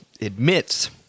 admits